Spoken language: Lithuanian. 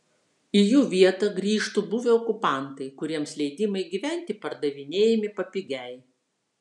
į jų vietą grįžtų buvę okupantai kuriems leidimai gyventi pardavinėjami papigiai